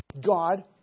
God